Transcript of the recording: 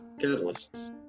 catalysts